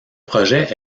projet